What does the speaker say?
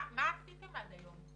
תשמע, מה עשיתם עד היום?